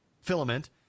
filament